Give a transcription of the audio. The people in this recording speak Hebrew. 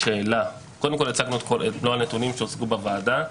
קודם כול, הצגנו את מלוא הנתונים שהוצגו בוועדה.